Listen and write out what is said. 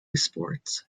sports